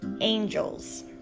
Angels